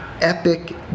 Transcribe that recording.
epic